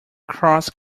cross